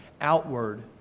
outward